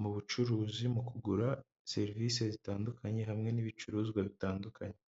mu bucuruzi mu kugura serivisi zitandukanye hamwe n'ibicuruzwa bitandukanye.